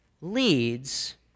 leads